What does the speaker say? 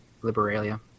Liberalia